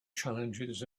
challenges